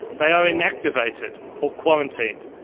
they are inactivated or quarantined,